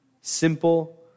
Simple